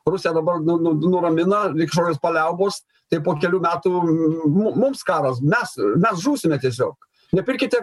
rusiją dabar nu nu nuramina lyg kažkokios paliaubos tai po kelių metų m m mums karas mes mes žūsime tiesiog nepirkite